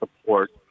support